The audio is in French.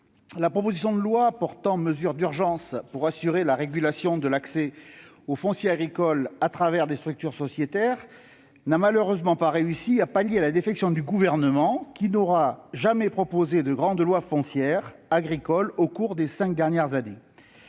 la proposition de loi portant mesures d'urgence pour assurer la régulation de l'accès au foncier agricole au travers de structures sociétaires n'a malheureusement pas réussi à pallier la défection du Gouvernement : celui-ci n'aura jamais proposé de grande loi foncière agricole au cours des cinq dernières années,